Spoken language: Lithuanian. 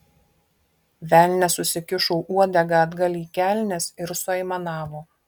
velnias susikišo uodegą atgal į kelnes ir suaimanavo